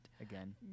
again